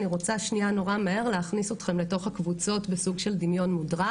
אני רוצה נורא מהר להכניס אתכם לתוך הקבוצות בסוג של דמיון מודרך.